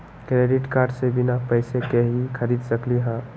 Credit card से बिना पैसे के ही खरीद सकली ह?